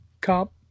cop